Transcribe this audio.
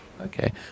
Okay